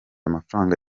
amafaranga